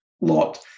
lot